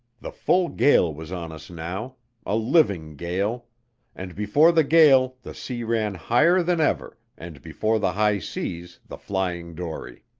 the full gale was on us now a living gale and before the gale the sea ran higher than ever, and before the high seas the flying dory.